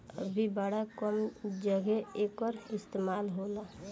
अभी बड़ा कम जघे एकर इस्तेमाल होला